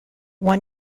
one